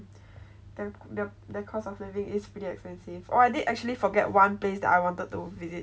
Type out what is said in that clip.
that the the cost of living is pretty expensive or I did actually forget one place that I wanted to visit though